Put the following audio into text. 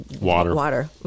water